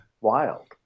Wild